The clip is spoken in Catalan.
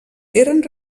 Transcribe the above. eren